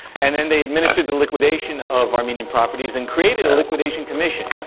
and then they administered the liquidation of armenian properties and created a liquidation commission,